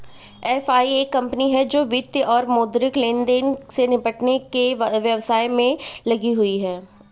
FI एक कंपनी है जो वित्तीय और मौद्रिक लेनदेन से निपटने के व्यवसाय में लगी हुई है